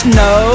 no